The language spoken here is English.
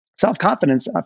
Self-confidence